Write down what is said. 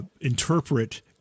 interpret